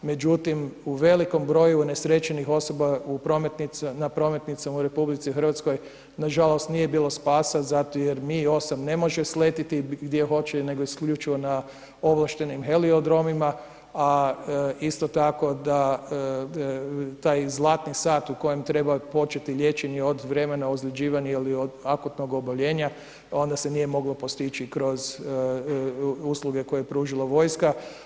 Međutim, u velikom broju unesrećenih osoba na prometnicama u RH nažalost nije bilo spasa zato jer MI-8 ne može sletjeti gdje hoće nego isključivo na ovlaštenim heliodromima a isto tako da taj zlatni sat u kojem treba početi liječenje od vremena ozljeđivanja ili od akutnog oboljenja onda se nije moglo postići kroz usluge koje je pružila vojska.